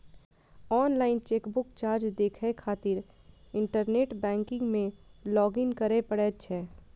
online chequebook charge देखै खातिर internet banking मे लॉग इन करै पड़ै छै